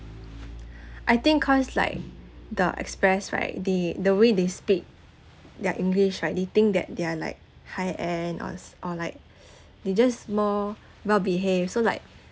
I think cause like the express right they the way they speak their english right they think that they're like high end or s~ or like they're just more well behaved so like